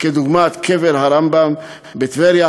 דוגמת קבר הרמב"ם בטבריה,